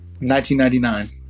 1999